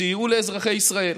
סייעו לאזרחי ישראל.